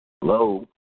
Hello